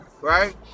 right